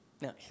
Now